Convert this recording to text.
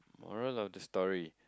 moral of the story